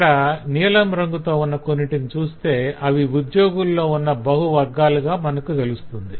ఇక్కడ నీలం రంగుతో ఉన్న కొన్నిటిని చూస్తే అవి ఉద్యోగుల్లో ఉన్న బహు వర్గాలుగా మనకు తెలుస్తుంది